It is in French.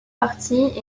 parties